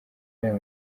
real